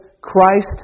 Christ